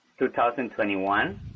2021